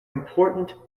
important